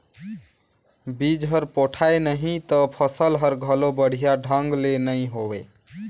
बिज हर पोठाय नही त फसल हर घलो बड़िया ढंग ले नइ होवे